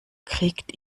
kriegt